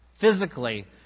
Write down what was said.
physically